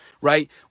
right